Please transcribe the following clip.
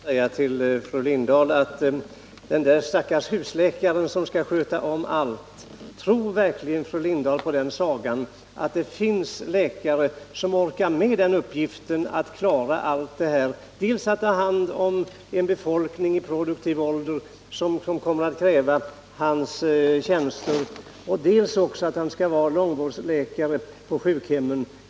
Herr talman! Tror verkligen statsrådet Lindahl på sagan om den där stackars husläkaren som skall sköta om allt? Tror hon att det finns läkare som orkar med alla dessa uppgifter? Husläkaren skall ta hand om befolkningen i produktiv ålder, och han skall dessutom vara långvårdsläkare på sjukhemmen.